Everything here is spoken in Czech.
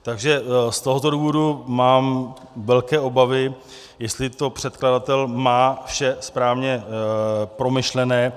Z tohoto důvodu mám velké obavy, jestli to předkladatel má vše správně promyšlené.